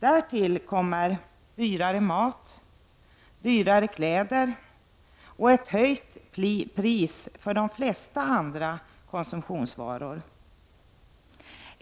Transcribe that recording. Därtill kommer dyrare mat, dyrare kläder och höjda priser på flertalet andra konsumtionsvaror.